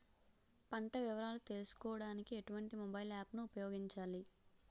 పంట వివరాలు తెలుసుకోడానికి ఎటువంటి మొబైల్ యాప్ ను ఉపయోగించాలి?